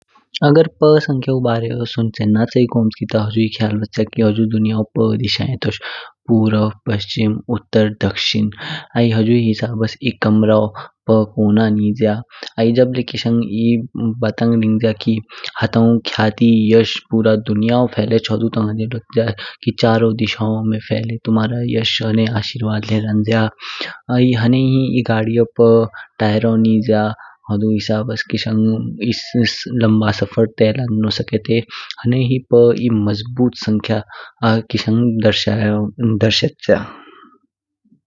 अगेर फ् संख्याु बारेओ सुनचेंना चियेकू ओम्स्की ता हुजूई ख्याल बच्या की हुजू दुनियाो फ् दिशायें तोश, पूरब, पश्चिम, उत्तर, दक्षिण। आइ हुजू हिसाब्स एह् कमराओ फ् कोना निज्या। आइ जब ले किशंग एह् बतें निज्या की हटंग ख्याति, यश पूरा दुनियाओ फेहलेच हुदु तंग हन्ने लोच्या की चारो दिशाओँ में फेहलें तुम्हारा यश, हन्ने आशीर्वाद ले रंज्या। आइ हन्ने ही एह् गाडिओं ले फ् तयारो निज्या। हुडु हिसाब्स किशंग लम्बा सफर तय लनो सकते। शन्ने ही फ् एह् मजबूत संख्या दरसेहच्या।